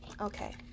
okay